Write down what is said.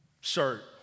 shirt